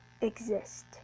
exist